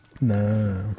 No